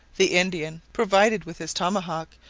the indian, provided with his tomahawk,